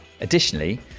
Additionally